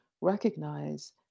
recognize